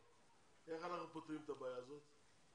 איך אנחנו פותרים את הבעיה הזו?